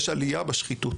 יש עלייה בשחיתות,